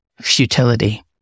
futility